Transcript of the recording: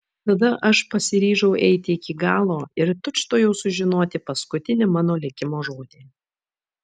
tada aš pasiryžau eiti iki galo ir tučtuojau sužinoti paskutinį mano likimo žodį